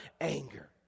Anger